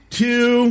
two